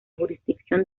jurisdicción